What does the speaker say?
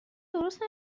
درست